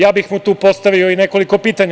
Ja bih mu tu postavio i nekoliko pitanja.